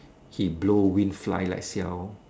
he blow wind fly like siao